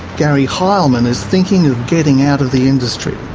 gary heilmann is thinking of getting out of the industry.